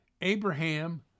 Abraham